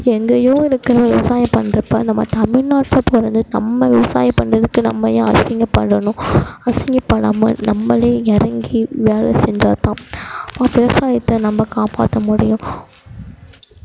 எங்கேயோ இருக்கிற விவசாயம் பண்றப்போ நம்ம தமிழ் நாட்டில் பிறந்து நம்ம விவசாயம் பண்ணிக்கிட்டு நம்ம ஏன் அசிங்கபடணும் அசிங்க படாமல் நம்மளே இறங்கி வேலை செஞ்சால்தான் விவசாயத்தை நம்ம காப்பாற்ற முடியும்